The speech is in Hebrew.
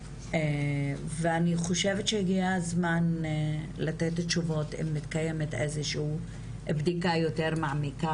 אני חושבת שהגיע הזמן לתת תשובות אם מתקיימת איזושהי בדיקה יותר מעמיקה,